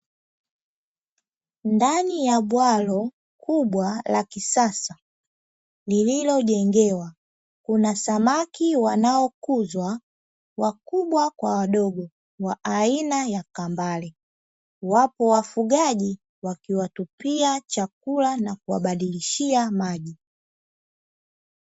Ndani ya bwalo kubwa la kisasa lililojengewa, kuna samaki wanaokuzwa wakubwa kwa wadogo wa aina ya kambale, wapo wafugaji wakiwapia chakula na kuwabadilishia maji.